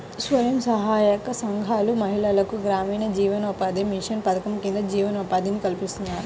స్వయం సహాయక సంఘాల మహిళలకు గ్రామీణ జీవనోపాధి మిషన్ పథకం కింద జీవనోపాధి కల్పిస్తున్నారు